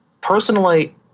personally